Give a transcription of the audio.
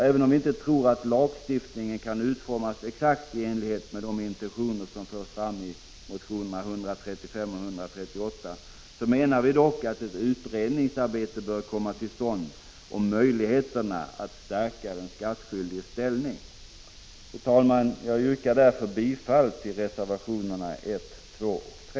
Även om vi inte tror att lagstiftningen kan utformas exakt i enlighet med de intentioner som förs fram i motionerna 135 och 138, bör dock ett utredningsarbete komma till stånd om möjligheterna att stärka den skattskyldiges ställning. Fru talman! Jag yrkar därför bifall till reservationerna 1, 2 och 3.